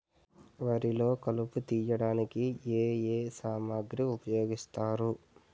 వరిలో కలుపు తియ్యడానికి ఏ ఏ సామాగ్రి ఉపయోగిస్తారు?